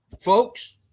folks